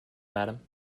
madam